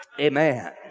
amen